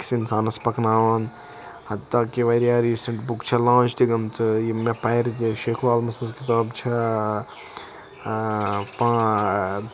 أکِس اِنسانَس پَکناوان حَتا کہِ واریاہ ریٖسنٛٹ بُک چھِ لانٛچ تہِ گٔمژٕ یِم مےٚ پَرِ تہِ شیخُالعالمہٕ سٕنٛزٕ کِتاب چھےٚ